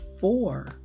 four